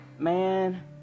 man